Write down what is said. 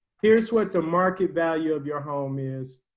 here's what the market value of your home is,